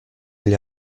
agli